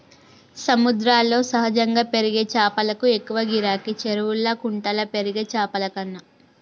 సముద్రాల్లో సహజంగా పెరిగే చాపలకు ఎక్కువ గిరాకీ, చెరువుల్లా కుంటల్లో పెరిగే చాపలకన్నా